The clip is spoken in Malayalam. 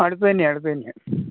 അടുത്തുതന്നെയാണ് അടുത്തുതന്നെയാണ്